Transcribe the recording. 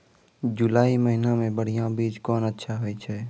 जुलाई महीने मे बढ़िया बीज कौन अच्छा होय छै?